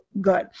good